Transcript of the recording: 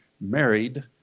married